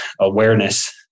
awareness